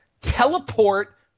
Teleport